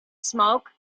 smoke